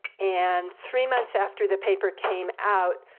and three months after the paper came out,